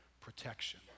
protection